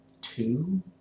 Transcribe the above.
two